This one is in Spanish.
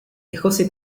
dejóse